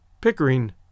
Pickering